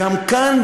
גם כאן,